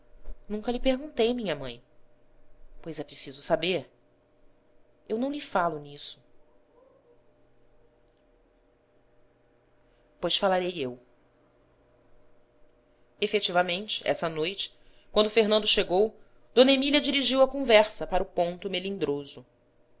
nunca lhe perguntei minha mãe pois é preciso saber eu não lhe falo nisso pois falarei eu efetivamente essa noite quando fernando chegou d emí lia dirigiu a conversa para o ponto melindroso